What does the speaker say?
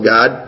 God